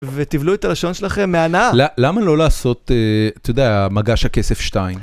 ותבלעו את הלשון שלכם מהנאה. למה לא לעשות, אתה יודע, מגש הכסף 2?